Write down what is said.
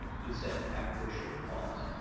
he said after a short pause.